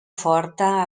forta